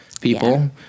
people